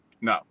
No